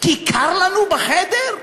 כי קר לנו בחדר?